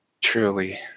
Truly